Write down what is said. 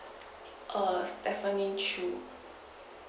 err stephanie chew